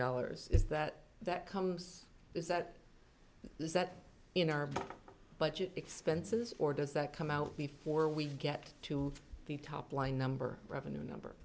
dollars is that that comes is that is that in our budget expenses or does that come out before we get to the top line number revenue number